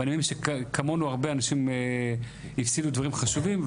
ואני מבין שכמונו הרבה אנשים הפסידו דברים חשובים.